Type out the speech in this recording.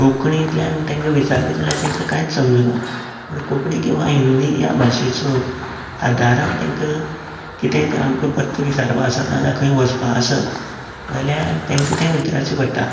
कोंकणींतल्यान तेंकां विचारलें जाल्यार तेंकां कांयच समजना म्हण कोंकणी किंवां हिंदी ह्या भाशेचो आदारान तेंकां कितें तर आमकां परतें विचारपा आसात जाल्यार खंय वचपा आसात जाल्यार तेंकां ते विचारचें पडटा